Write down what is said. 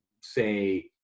say